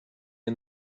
you